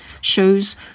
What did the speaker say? shows